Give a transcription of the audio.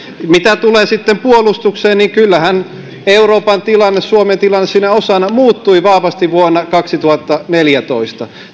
mitä tulee sitten puolustukseen kyllähän euroopan tilanne ja suomen tilanne siinä osana muuttuivat vahvasti vuonna kaksituhattaneljätoista